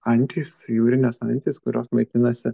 antys jūrinės antys kurios maitinasi